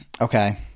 Okay